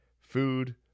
food